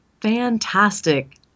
fantastic